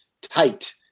tight